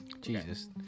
Jesus